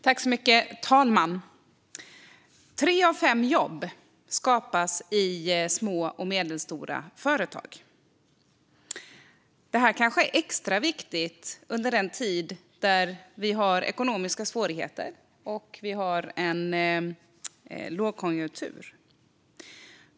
Herr talman! Tre av fem jobb skapas i små och medelstora företag. Det är kanske extra viktigt under den tid vi har ekonomiska svårigheter och en lågkonjunktur.